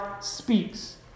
speaks